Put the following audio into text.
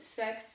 sex